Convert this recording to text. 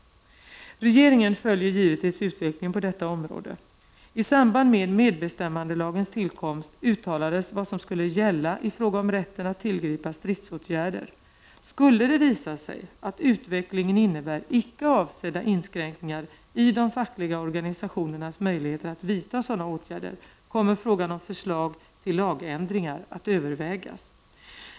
Regeringen följer givetvis utvecklingen på detta område. I samband med medbestämmandelagens tillkomst uttalades vad som skulle gälla i fråga om rätten att tillgripa stridsåtgärder. Skulle det visa sig att utvecklingen innebär icke avsedda inskränkningar i de fackliga organisationernas möjligheter att vidta sådana åtgärder kommer frågan om förslag till lagändringar att övervägas.